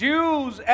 Jews